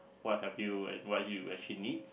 what have you and what you actually need